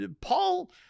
Paul